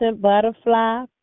butterfly